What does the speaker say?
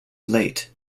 leyte